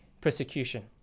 persecution